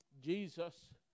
Jesus